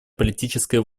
политической